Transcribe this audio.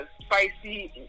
spicy